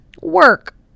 work